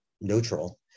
neutral